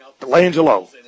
Delangelo